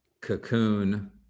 cocoon